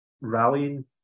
rallying